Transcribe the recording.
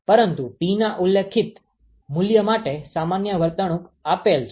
પરંતુ Pના ઉલ્લેખિત મૂલ્ય માટે સામાન્ય વર્તણુક આપેલ છે